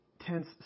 tense